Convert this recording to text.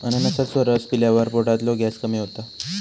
अननसाचो रस पिल्यावर पोटातलो गॅस कमी होता